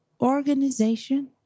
organization